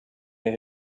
they